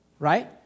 Right